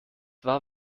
war